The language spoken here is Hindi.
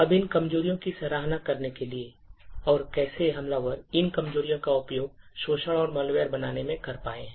अब इन कमजोरियों की सराहना करने के लिए और कैसे हमलावर इन कमजोरियों का उपयोग शोषण और malware बनाने में कर पाए हैं